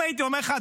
אם הייתי אומר לך,